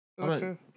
Okay